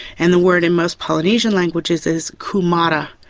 and the word in most polynesian languages is kumara.